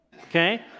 Okay